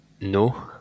no